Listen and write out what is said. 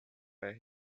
where